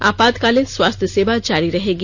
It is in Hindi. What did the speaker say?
आपातकालीन स्वास्थ्य सेवा जारी रहेगी